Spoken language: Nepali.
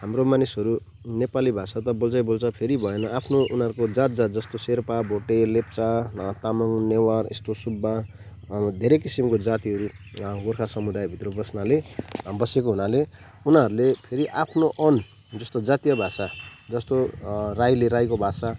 हाम्रो मानिसहरू नेपाली भाषा त बोल्छै बोल्छ फेरि भएन आफ्नो उनीहरूको जातजात जस्तो शेर्पा भोटे लेप्चा तामाङ नेवार यस्तो सुब्बा धेरै किसिमको जातिहरू गोर्खा समुदायभित्र बस्नाले बसेको हुनाले उनीहरूले फेरि आफ्नो अन जस्तो जातिय भाषा जस्तो राईले राईको भाषा